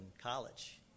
college